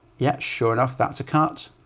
yeah, sure enough, that's a cut.